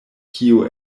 kio